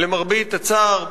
למרבה הצער,